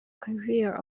carrier